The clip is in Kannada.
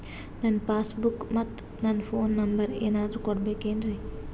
ನನ್ನ ಪಾಸ್ ಬುಕ್ ಮತ್ ನನ್ನ ಫೋನ್ ನಂಬರ್ ಏನಾದ್ರು ಕೊಡಬೇಕೆನ್ರಿ?